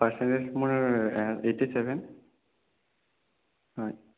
percentage আপোনাৰ eighty seven হয়